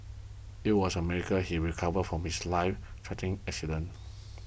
it was a miracle he recovered from his lifethreatening accident